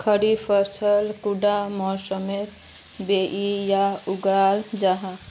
खरीफ फसल कुंडा मोसमोत बोई या उगाहा जाहा?